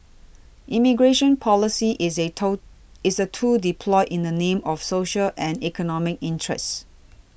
immigration policy is a toe is a tool deployed in the name of social and economic interest